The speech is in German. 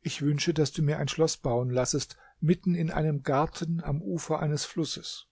ich wünsche daß du mir ein schloß bauen lassest mitten in einem garten am ufer eines flusses